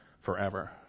forever